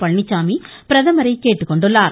பழனிச்சாமி பிரதமரை கேட்டுக்கொண்டிருக்கிறார்